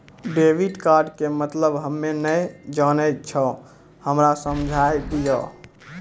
Debit card के मतलब हम्मे नैय जानै छौ हमरा समझाय दियौ?